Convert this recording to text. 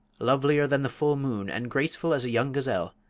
lovelier than the full moon, and graceful as a young gazelle,